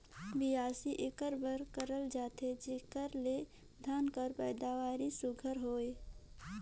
बियासी एकर बर करल जाथे जेकर ले धान कर पएदावारी सुग्घर होए